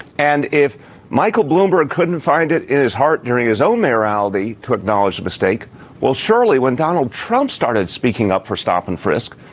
and if michael bloomberg couldn't find it in his heart during his own morality to acknowledge a mistake well surely when donald trump started speaking up for stop and frisk.